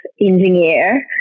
engineer